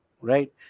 Right